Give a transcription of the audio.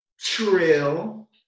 trill